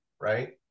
right